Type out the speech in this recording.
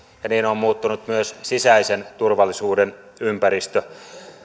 ja niin on muuttunut myös sisäisen turvallisuuden ympäristö